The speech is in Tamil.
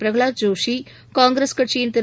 பிரகலாத் ஜோஷி காங்கிரஸ் கட்சியின் திரு